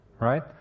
right